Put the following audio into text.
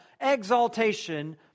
exaltation